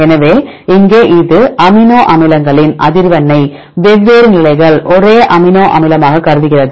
எனவே இங்கே இது அமினோ அமிலங்களின் அதிர்வெண்ணை வெவ்வேறு நிலைகள் ஒரே அமினோ அமிலமாகக் கருதுகிறது